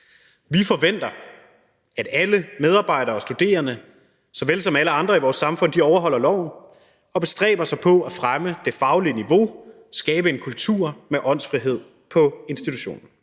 Vi forventer, at alle medarbejdere og studerende såvel som alle andre i vores samfund overholder loven og bestræber sig på at fremme det faglige niveau og skabe en kultur med åndsfrihed på institutionen.